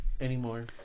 anymore